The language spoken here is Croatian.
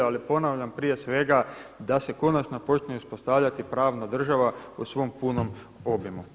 Ali ponavljam, prije svega da se konačno počne uspostavljati pravna država u svom punom obimu.